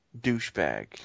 douchebag